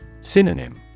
Synonym